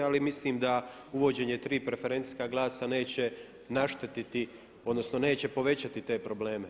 Ali mislim da uvođenje tri preferencijska glasa neće naštetiti odnosno neće povećati te probleme.